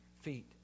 feet